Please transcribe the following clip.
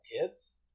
kids